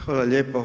Hvala lijepo.